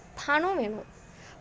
பணம் வேணும்:panam vaenum